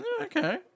okay